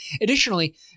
Additionally